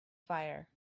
fire